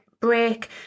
break